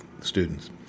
students